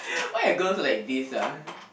why are girls like this ah